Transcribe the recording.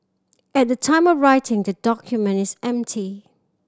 at the time of writing the document is empty